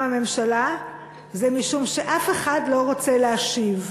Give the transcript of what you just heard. הממשלה זה משום שאף אחד לא רוצה להשיב,